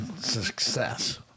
success